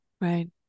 Right